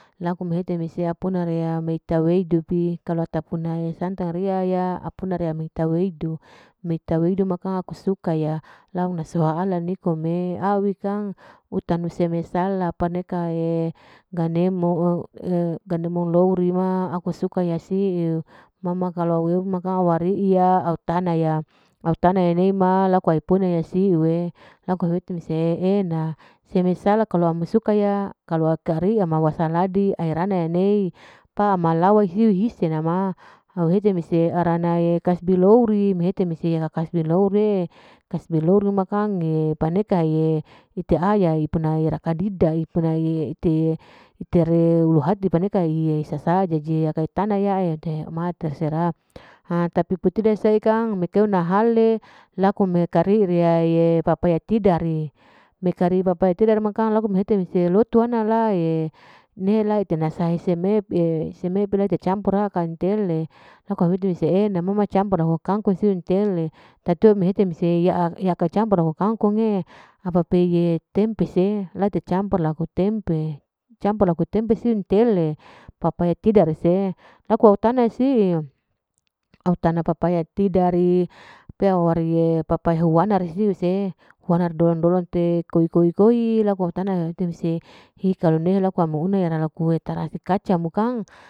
Laku hete mese apuna reya amerta weudu pi, kalu atapuna santang riya ya apuna riya ta weudu, meta weudu ma kang au suka ya, la una soahaya nikom'e, awi kang utanu wesala, panekam'e ganemo, ganemo loiri ma aku suka ya siu, ma ma kalu aweu kang awaria, au tana ya, au tana yanimal laku au puna siu'e, laku au hete mesa e'ena, seme sala kalu ami suka ya kalu ma'akariya wasaladi, aerana ya nei pama lawahana hise ama, au hete mese arana kasbi louri mehete mese kasbi louri, kasbi louri ma kang paneka ee hite aya, puna rakadida, ai puna'e ite'e, itiar ulu hati paneka ii sasa, jadi aka hite tana ya iter ma terserah ha tapi puda se kang mekeu nehale laku meka ri'riya e, papehaya tidar'e, mekari pepaya tidar ma kang laku mehete mese loto ana nela eterna sae seme, seme pi campur akang entele laku awete mese e'ena ma ma campur kangkung inteletatiwa mehete mese yaka campur okangkung'e, apa peye tempe la ete campur laku tempe siu intele, papaya tidar se laku tana siu, au tana papaya tidar'ii pea wari papa ya wahana siu se wahanar dolon-dolon te koi-koi laku au tana au hete mesehi kalu nela laku amuhuna tarasi kacang. we trasi kacang bukang.